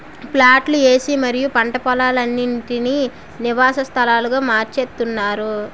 ప్లాట్లు ఏసి మరీ పంట పోలాలన్నిటీనీ నివాస స్థలాలుగా మార్చేత్తున్నారు